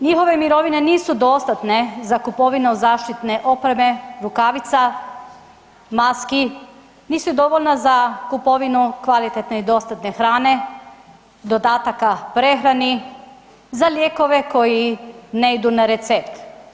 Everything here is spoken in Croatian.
Njihove mirovine nisu dostatne za kupovinu zaštitne opreme, rukavica, maski, nisu dovoljna za kupovinu kvalitetne i dostatne hrane, dodataka prehrani, za lijekove koji ne idu na recept.